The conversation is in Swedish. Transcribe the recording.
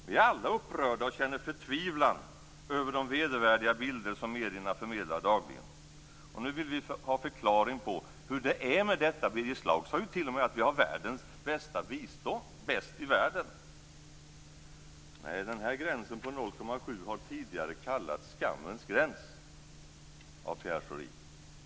Vi är alla upprörda och känner förtvivlan över de vedervärdiga bilder som medierna förmedlar dagligen. Nu vill vi ha en förklaring på hur det är med detta. Birger Schlaug sade t.o.m. att vi har världens bästa bistånd. Bäst i världen. Nej, den här gränsen på 0,7 % har tidigare kallats skammens gräns av Pierre Schori.